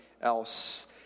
else